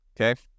okay